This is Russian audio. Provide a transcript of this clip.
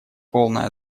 полное